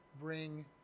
bring